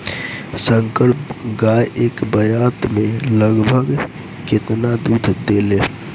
संकर गाय एक ब्यात में लगभग केतना दूध देले?